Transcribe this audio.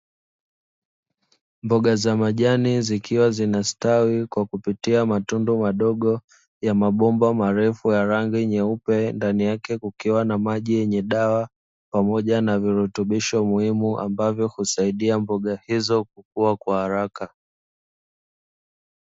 Mboga za majani zikiwa zinastawi kwa kupitia matundu madogo ya mabomba marefu ya rangi nyeupe, ndani yake kukiwa na maji yenye dawa pamoja na virutubisho muhimu ambavyo husaidia mboga hizo kukua kwa haraka.